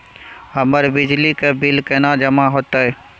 हमर बिजली के बिल केना जमा होते?